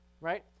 Right